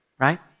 right